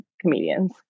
comedians